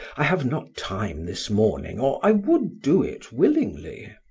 i have not time this morning or i would do it willingly.